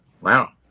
Wow